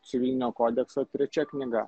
civilinio kodekso trečia knyga